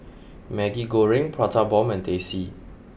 Maggi Goreng Prata Bomb and Teh C